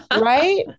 Right